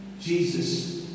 Jesus